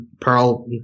pearl